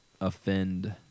offend